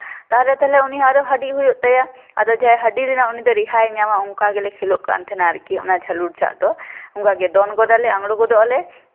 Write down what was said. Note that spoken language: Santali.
ᱛᱟᱦᱞᱮ ᱛᱟᱦᱞᱮ ᱩᱱᱦᱚ ᱟᱫᱚ ᱦᱟᱹᱰᱤᱜ ᱦᱩᱭᱩᱜ ᱛᱟᱭᱟ ᱟᱨ ᱡᱟᱦᱟᱸᱭᱮ ᱦᱟᱹᱰᱤ ᱞᱮᱱᱟ ᱩᱱᱤ ᱫᱚ ᱨᱮᱦᱟᱭᱮ ᱧᱟᱢᱟ ᱚᱱᱠᱟ ᱜᱮᱞᱮ ᱠᱷᱮᱞᱳᱜ ᱠᱟᱱ ᱛᱟᱦᱮᱱᱟ ᱟᱨᱠᱤ ᱚᱱᱟ ᱡᱷᱟᱹᱞᱩᱨ ᱡᱷᱟᱜ ᱫᱚ ᱚᱱᱠᱟ ᱜᱮ ᱫᱚᱱ ᱜᱚᱫᱟᱞᱮ ᱟᱲᱜᱳ ᱜᱚᱫᱚᱜ ᱟᱞᱮ